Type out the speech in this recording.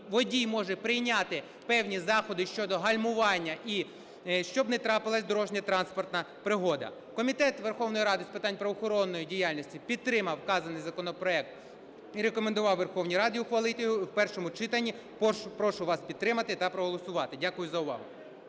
водій може прийняти певні заходи щодо гальмування і щоб не трапилась дорожньо-транспортна пригода. Комітет з питань правоохоронної діяльності підтримав вказаний законопроект і рекомендував Верховній Раді ухвалити його в першому читанні. Прошу вас підтримати та проголосувати. Дякую за увагу.